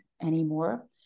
anymore